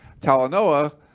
Talanoa